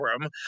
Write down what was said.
room